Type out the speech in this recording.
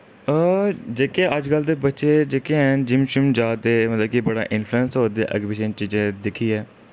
जेह्के अजकल दे बच्चे जेह्के हैन जिम शिम जां दे मतलब कि बड़ा इन्फ्लुएंस होआ दे अग्गें पिच्छें चीजें दिक्खियै